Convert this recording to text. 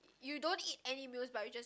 you don't eat any meals but you just